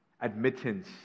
admittance